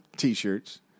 T-shirts